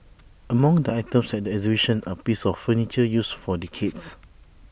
among the items at the exhibition are pieces of furniture used for decades